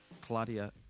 Claudia